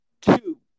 two